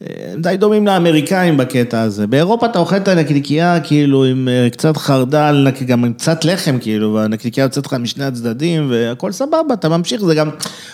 הם די דומים לאמריקאים בקטע הזה. באירופה אתה אוכל את הנקניקייה כאילו עם קצת חרדל, גם עם קצת לחם כאילו והנקניקייה יוצאת לך משני הצדדים והכל סבבה, אתה ממשיך, זה גם...